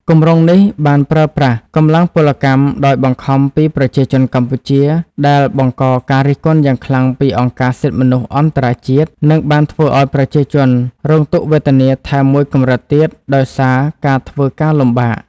គម្រោងនេះបានប្រើប្រាស់កម្លាំងពលកម្មដោយបង្ខំពីប្រជាជនកម្ពុជា ដែលបង្កការរិះគន់យ៉ាងខ្លាំងពីអង្គការសិទ្ធិមនុស្សអន្តរជាតិ និងបានធ្វើឱ្យប្រជាជនរងទុក្ខវេទនាថែមមួយកម្រិតទៀតដោយសារការធ្វើការលំបាក។